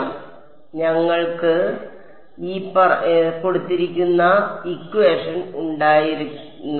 അതിനാൽ ഞങ്ങൾക്ക് ഉണ്ടായിരുന്നത്